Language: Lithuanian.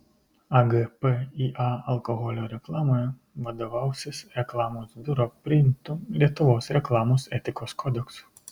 agpįa alkoholio reklamoje vadovausis reklamos biuro priimtu lietuvos reklamos etikos kodeksu